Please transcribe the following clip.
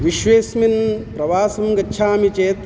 विश्वेस्मिन् प्रवासं गच्छामि चेत्